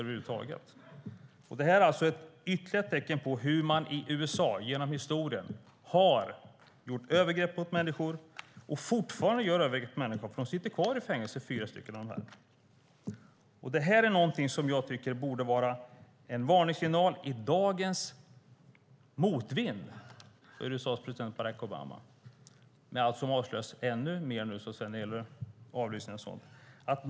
Detta är ytterligare ett tecken på hur man i USA genom historien har begått övergrepp mot människor och fortfarande begår övergrepp mot människor, för fyra av dessa sitter kvar i fängelse. Detta borde vara en varningssignal i dagens motvind för USA:s president Barack Obama med tanke på allt som avslöjas om avlyssning och sådant.